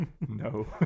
No